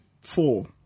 Four